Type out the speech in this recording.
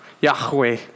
Yahweh